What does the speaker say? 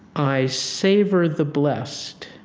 i savor the blessed,